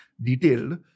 detailed